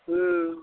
हूँ